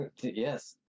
Yes